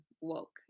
woke